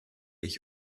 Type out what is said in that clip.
ich